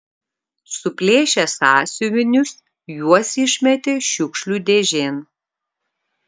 suplėšę sąsiuvinius juos išmetė šiukšlių dėžėn